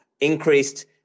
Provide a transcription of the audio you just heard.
increased